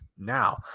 now